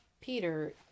Peter